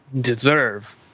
deserve